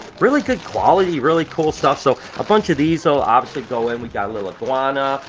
really good quality. really cool stuff. so a bunch of these they'll obviously go in. we've got a little iguana,